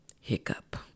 hiccup